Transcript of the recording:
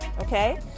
okay